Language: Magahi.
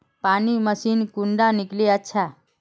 पानी मशीन कुंडा किनले अच्छा?